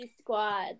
squad